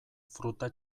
fruta